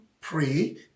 pray